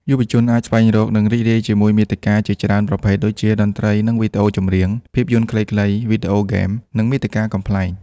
យុវជនអាចស្វែងរក និងរីករាយជាមួយមាតិកាជាច្រើនប្រភេទដូចជា តន្ត្រី និងវីដេអូចម្រៀង ភាពយន្តខ្លីៗ វីដេអូហ្គេម និងមាតិកាកំប្លែង។